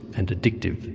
and addictive.